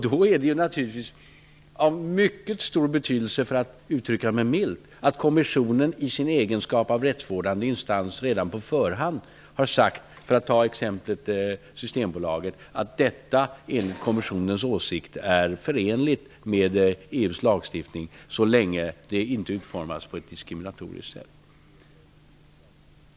Då är det naturligtvis av mycket stor betydelse, milt uttryckt, att kommissionen i sin egenskap av rättsvårdande instans redan på förhand har sagt att t.ex. detta med Systembolaget enligt kommissionens åsikt är förenligt med EU:s lagstiftning så länge det inte utformas på ett diskriminatoriskt sätt.